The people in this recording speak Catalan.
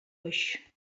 oix